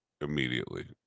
immediately